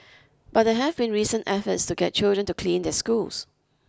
but there have been recent efforts to get children to clean their schools